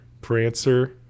Prancer